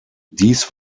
dies